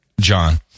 John